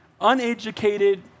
uneducated